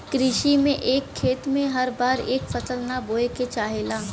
कृषि में एक खेत में हर बार एक फसल ना बोये के चाहेला